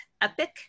epic